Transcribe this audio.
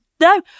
No